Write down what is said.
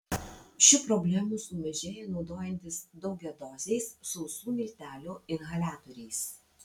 šių problemų sumažėja naudojantis daugiadoziais sausų miltelių inhaliatoriais